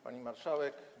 Pani Marszałek!